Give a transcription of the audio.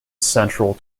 central